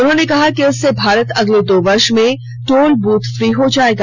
उन्होंने कहा कि इससे भारत अगले दो वर्ष में टोल बूथ फ्री हो जाएगा